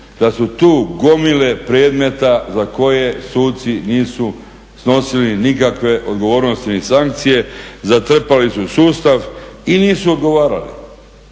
da su tu gomile predmeta za koje suci nisu snosili nikakve odgovornosti ni sankcije, zatrpali su sustav i nisu odgovarali.